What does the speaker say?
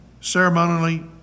ceremonially